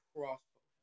Crossbow